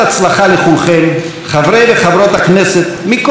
חברי וחברות הכנסת מכל סיעות הבית.